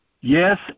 Yes